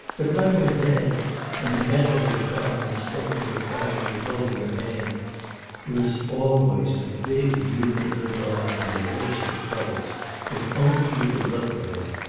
but, mademoiselle and he bent over the car and spoke to her quietly, holding her hand there is always a big newfoundland dog in the worst of troubles if only you will look for him.